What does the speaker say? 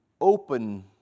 open